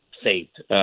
Saved